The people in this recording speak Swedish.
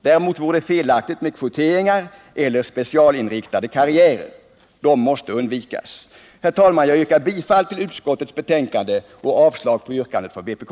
Däremot vore det felaktigt med kvoteringar och specialinriktade karriärer. De måste undvikas. Herr talman! Jag yrkar bifall till utskottets hemställan, vilket innebär avslag på yrkandet från vpk.